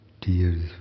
tears